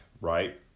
right